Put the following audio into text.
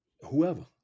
Whoever